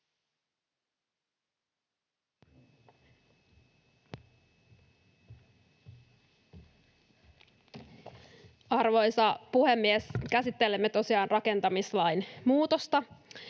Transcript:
Arvoisa puhemies! Käsittelemme tosiaan rakentamislain muutosta.